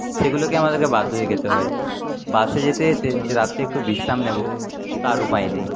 সেগুলোকে আমাদেরকে বাধ্য হয়ে খেতে হয় বাসে যেতে যেতে যে রাত্রে একটু বিশ্রাম নেব তার উপায় নেই